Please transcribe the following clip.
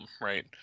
right